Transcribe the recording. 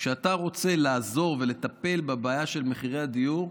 כשאתה רוצה לעזור ולטפל בבעיה של מחירי הדיור,